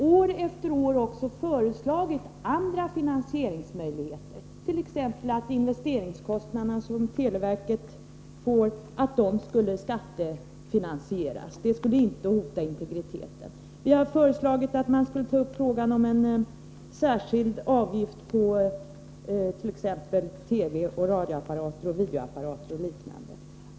År efter år har vi ju föreslagit andra finansieringsvägar, t.ex. att televerkets investeringskostnader skall skattefinansieras. Det skulle inte hota integriteten. Vi har vidare föreslagit att man skulle ta upp frågan om en särskild avgift på t.ex. TV och radioapparater, videoapparater och liknande.